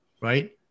right